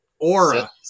aura